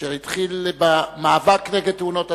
אשר התחיל במאבק נגד תאונות הדרכים,